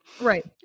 right